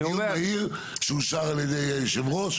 דיון מהיר שאושר על ידי היו"ר,